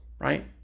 right